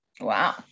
Wow